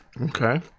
Okay